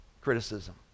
criticism